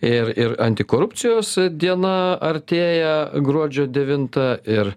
ir ir antikorupcijos diena artėja gruodžio devintą ir